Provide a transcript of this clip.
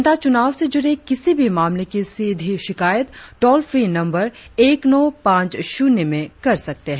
जनता चुनाव से जुड़े किसी भी ममले की सीधी शिकायत टॉल फ्री नंबर एक नो पांच शुन्य में कर सकते है